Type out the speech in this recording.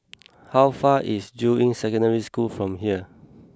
how far is Juying Secondary School from here